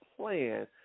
plan